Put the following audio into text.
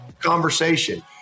conversation